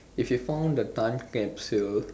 if you found the time capsule